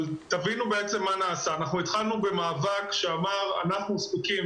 תבינו מה נעשה אנחנו התחלנו במאבק שאמר אנחנו זקוקים,